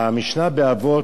במשנה, באבות,